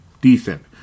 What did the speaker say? decent